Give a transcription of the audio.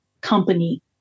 company